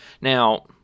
Now